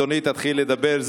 אדוני, תתחיל לדבר.